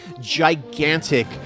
gigantic